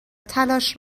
تلاش